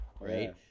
right